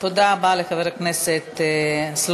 תודה רבה לחבר הכנסת סלומינסקי.